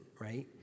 right